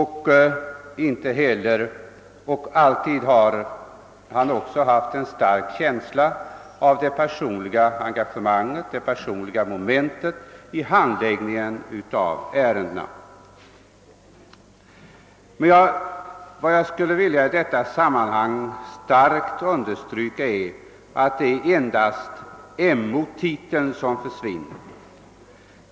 Han har också alltid haft en stark känsla av det personliga engagemanget och det personliga momentet i handläggningen av ärendena. I detta sammanhang skulle jag starkt vilja understryka att det endast är MO titeln som försvinner.